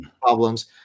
problems